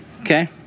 okay